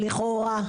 לכאורה,